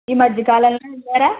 ఈ మధ్యకాలంలో వెళ్ళారా